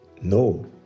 No